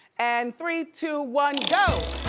and three, two, one go.